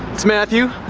it's matthew,